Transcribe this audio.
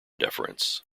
deference